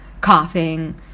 coughing